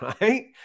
right